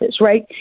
right